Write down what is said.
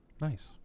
Nice